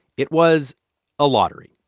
it was a lottery.